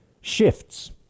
shifts